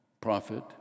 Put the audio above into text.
Prophet